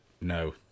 no